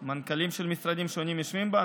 מנכ"לים של משרדים שונים יושבים בה,